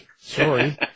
Sorry